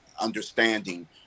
understanding